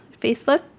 Facebook